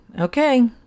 Okay